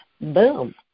boom